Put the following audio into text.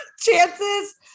Chances